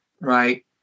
Right